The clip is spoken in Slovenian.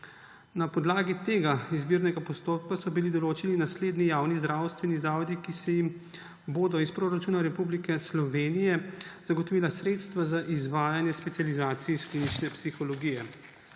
Na podlagi tega izbirnega postopka so bili določeni naslednji javni zdravstveni zavodi, ki se jim bodo iz proračuna Republike Slovenije zagotovila sredstva za izvajanje specializacij iz klinične psihologije